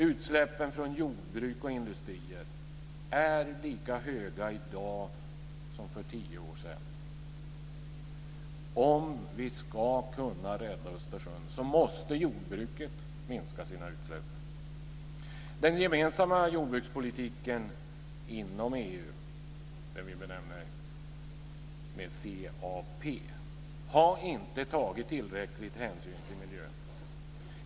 Utsläppen från jordbruk och industrier är lika höga i dag som för tio år sedan. Om vi ska kunna rädda Östersjön måste jordbruket minska sina utsläpp. CAP - har inte tagit tillräcklig hänsyn till miljön.